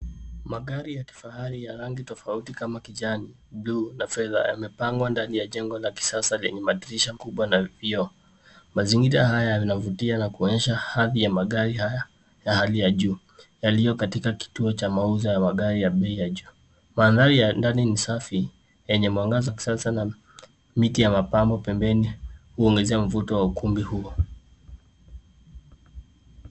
Magari ya kifahari ya rangi tofauti kama kijani, buluu na fedha yamepangwa ndani ya jengo la kisasa lenye madirisha kubwa na vioo. Mazingira haya yanavutia na kuonyesha hadhi ya magari haya ya hali ya juu yaliyo katika kituo cha mauzo ya magari ya bei ya juu. Mandhari ya ndani ni safi , yenye mwangaza wa kisasa na miti ya mapambo pembeni kuongezea mvuto wa ukumbi huo.